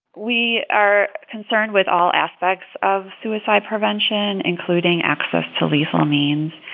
we are concerned with all aspects of suicide prevention, including access to lethal means.